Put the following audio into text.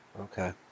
Okay